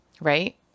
Right